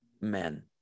men